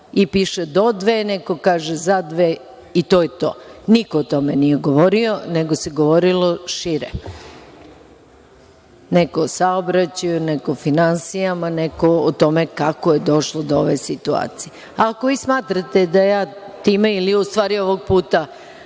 i piše do dve, neko kaže za dve i to je to. Niko o tome nije govorio, nego se govorilo šire. Neko o saobraćaju, neko o finansijama, neko o tome kako je došlo do ove situacije. Ako vi smatrate da ja time, ili u stvari ovog puta